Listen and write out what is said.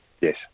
yes